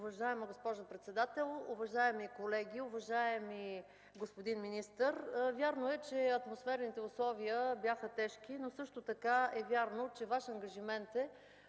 Уважаема госпожо председател, уважаеми колеги, уважаеми господин министър! Вярно е, че атмосферните условия бяха тежки, но също така е вярно, че Ваш ангажимент е